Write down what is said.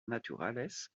naturales